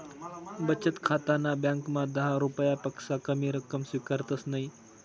बचत खाताना ब्यांकमा दहा रुपयापक्सा कमी रक्कम स्वीकारतंस नयी